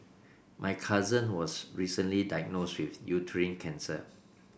my cousin was recently diagnosed with uterine cancer